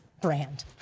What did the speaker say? Brand